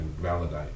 validate